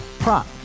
Prop